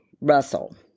Russell